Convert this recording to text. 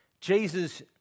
Jesus